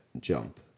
jump